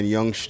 Young